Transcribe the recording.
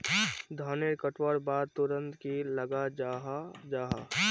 धानेर कटवार बाद तुरंत की लगा जाहा जाहा?